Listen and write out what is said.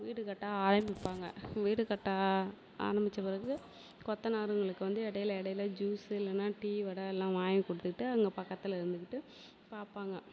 வீடு கட்ட ஆரம்பிப்பாங்க வீடு கட்ட ஆரம்பித்த பிறகு கொத்தனாருங்களுக்கு வந்து இடையில இடையில ஜூஸு இல்லைன்னா டீ வடை எல்லா வாங்கி கொடுத்துக்கிட்டு அங்கே பக்கத்தில் இருந்துகிட்டு பார்ப்பாங்க